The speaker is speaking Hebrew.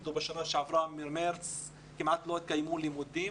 הפסידו בשנה שעברה ומחודש מארס כמעט ולא התקיימו לימודים.